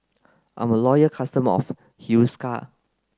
I'm loyal customer of Hiruscar